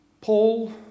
Paul